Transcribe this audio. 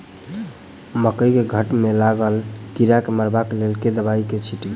मकई केँ घेँट मे लागल कीड़ा केँ मारबाक लेल केँ दवाई केँ छीटि?